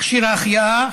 מכשיר ההחייאה